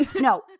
No